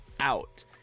out